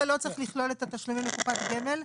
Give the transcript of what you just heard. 12 לא צריך לכלול את התשלומים לקופת גמל.